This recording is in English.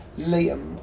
Liam